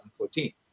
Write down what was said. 2014